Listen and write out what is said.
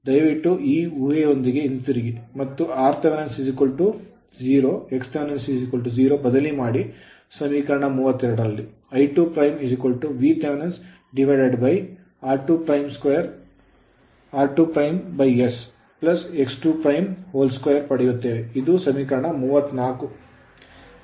ದಯವಿಟ್ಟು ಈ ಊಹೆಯೊಂದಿಗೆ ಹಿಂತಿರುಗಿ ಮತ್ತು rth 0 xth 0 ಬದಲಿ ಮಾಡಿ ಸಮೀಕರಣ 32 ರಲ್ಲಿ I2 Vthr2s2x22 ಪಡೆಯುತ್ತೇವೆ ಇದು ಸಮೀಕರಣ 34